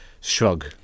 shrug